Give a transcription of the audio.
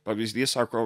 pavyzdys sako